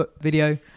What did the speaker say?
video